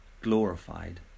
glorified